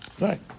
Right